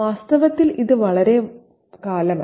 വാസ്തവത്തിൽ ഇത് വളരെക്കാലമല്ല